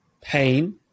pain